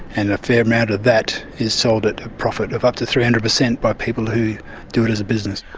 and a fair amount of that is sold at a profit of up to three hundred percent by people who do it as a business.